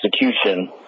execution